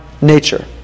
nature